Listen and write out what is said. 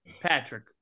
Patrick